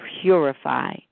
purify